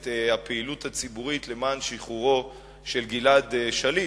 את הפעילות הציבורית למען שחרורו של גלעד שליט,